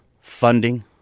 funding